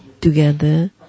together